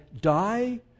die